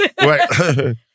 Right